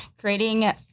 creating